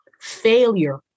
Failure